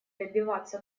добиваться